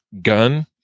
gun